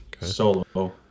Solo